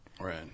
Right